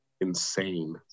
insane